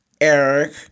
Eric